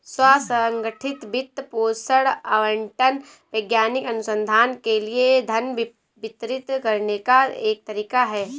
स्व संगठित वित्त पोषण आवंटन वैज्ञानिक अनुसंधान के लिए धन वितरित करने का एक तरीका हैं